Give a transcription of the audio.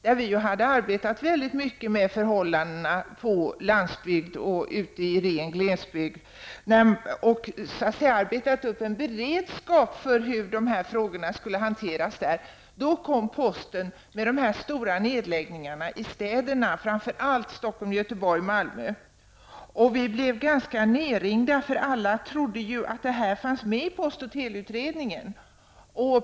där vi hade arbetat mycket med förhållandena på landsbygden och den rena glesbygden -- då vi hade arbetat fram en beredskap för hur dessa frågor skulle hanteras, kom posten med de stora nedläggningarna i i städerna, framför allt Stockholm, Göteborg och Malmö. Vi i utredningen blev nedringda, eftersom många trodde att detta var föreslaget av utredningen.